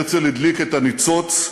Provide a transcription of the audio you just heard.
הרצל הדליק את הניצוץ,